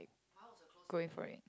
going for it